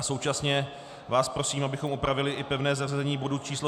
Současně vás prosím, abychom opravili i pevné zařazení bodu číslo 172.